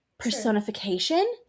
personification